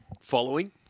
following